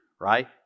right